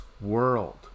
world